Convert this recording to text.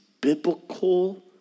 biblical